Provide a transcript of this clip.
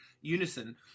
unison